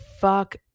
fuck